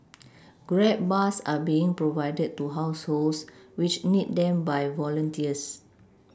grab bars are being provided to households which need them by volunteers